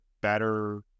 better